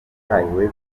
utahiwe